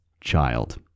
child